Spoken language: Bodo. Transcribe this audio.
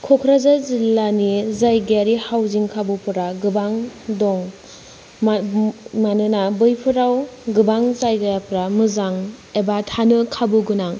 क'क्राझार जिल्लानि जायगायारि हाउजिं खाबुफोरा गोबां दं मानोना बैफोराव गोबां जायगाफ्रा मोजां एबा थानो खाबु गोनां